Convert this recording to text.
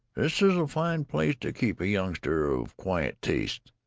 this is a fine place to keep a youngster of quiet tastes.